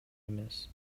эмес